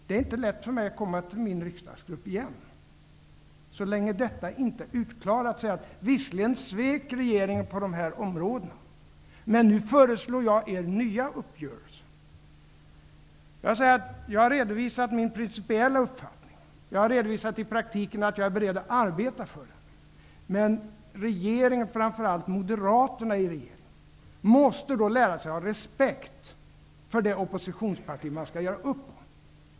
Det är inte lätt för mig att gå till min riksdagsgrupp igen, så länge detta inte är utklarat, och säga: Visserligen svek regeringen på dessa områden, men nu föreslår jag er nya uppgörelser. Jag har redovisat min principiella uppfattning. Jag har redovisat i praktiken att jag är beredd att arbeta för den. Men regeringen, framför allt moderaterna i regeringen, måste lära sig att ha respekt för det oppositionsparti man skall göra upp med.